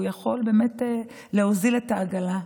והוא יכול באמת להוזיל את העגלה.